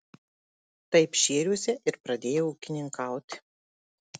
taip šėriuose ir pradėjau ūkininkauti